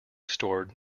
stored